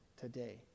today